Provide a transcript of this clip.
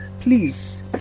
please